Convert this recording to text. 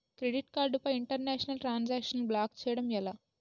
Credit card పై international transaction block చేయటం ఎలా?